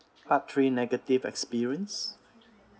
part three negative experience